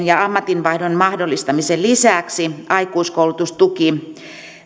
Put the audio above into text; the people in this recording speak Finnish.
ja ammatinvaihdon mahdollistamisen lisäksi aikuiskoulutustuki